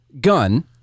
gun